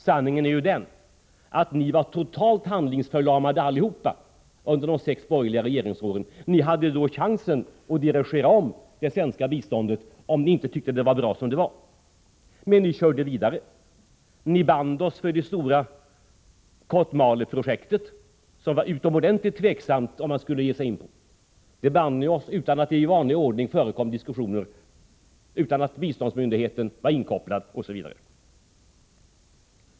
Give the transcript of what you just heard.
Sanningen är ju den att ni allihopa var totalt handlingsförlamade under de sex borgerliga regeringsåren. Då hade ni chansen att dirigera om det svenska biståndet, om ni inte tyckte att det var bra som det var. Men ni körde vidare, ni band oss för det stora Kotmaleprojektet, som var utomordentligt tvivelaktigt. Det förekom inte i vanlig ordning diskussioner, och biståndsmyndigheten var inte inkopplad, osv.